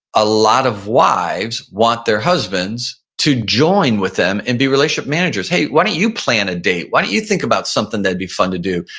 a lot of wives want their husbands to join with them and be relationship managers. hey, why don't you plan a date? why don't you think about something that'd be fun to do?